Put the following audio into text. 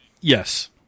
Yes